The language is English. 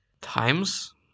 times